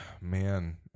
Man